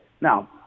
now